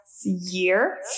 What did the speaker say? year